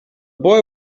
boy